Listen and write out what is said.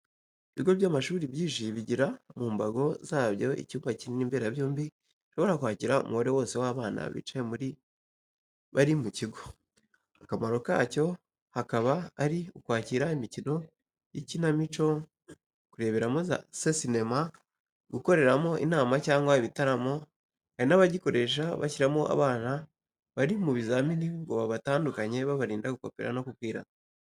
Ibigo by'amashuri byinshi bigira mu mbago zabyo icyumba kinini mberabyombi gishobora kwakira umubare wose w'abana bicaye bari mu kigo. Akamaro kacyo hakaba ari akwakira imikino y'ikinamico, kureberamo se sinema, gukoreramo inama cyangwa ibitaramo, hari n'abagikoresha bashyiramo abana bari mu bizami ngo babatandukanye babarinda gukopera no kubwirana.